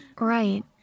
Right